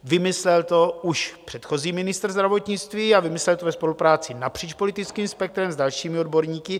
Vymyslel to už předchozí ministr zdravotnictví a vymyslel to ve spolupráci napříč politickým spektrem s dalšími odborníky.